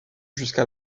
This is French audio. jusqu’à